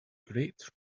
great